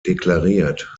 deklariert